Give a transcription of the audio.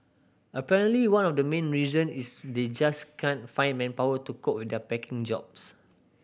apparently one of the main reason is they just can't find manpower to cope with their packing jobs